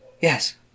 Yes